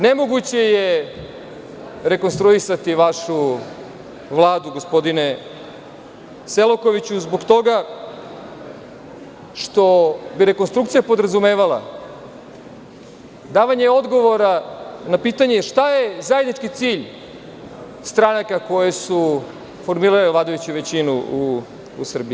Nemoguće je rekonstruisati vašu Vladu, gospodine Selakoviću, zbog toga što bi rekonstrukcija podrazumevala davanje odgovora na pitanje šta je zajednički cilj stranaka koje su formirale vladajuću većinu u Srbiji.